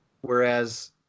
whereas –